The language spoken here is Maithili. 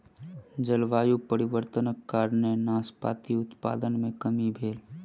जलवायु परिवर्तनक कारणेँ नाशपाती उत्पादन मे कमी भेल